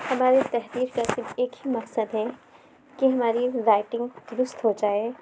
ہماری تحریر کا صرف ایک ہی مقصد ہے کہ ہماری رائٹنگ درست ہو جائے